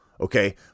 Okay